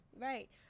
right